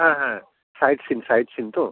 হ্যাঁ হ্যাঁ sight seen sight seen তো